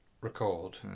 record